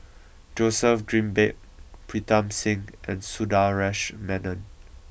Joseph Grimberg Pritam Singh and Sundaresh Menon